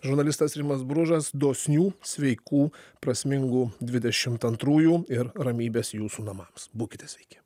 žurnalistas rimas bružas dosnių sveikų prasmingų dvidešimt antrųjų ir ramybės jūsų namams būkite sveiki